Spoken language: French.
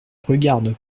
regarde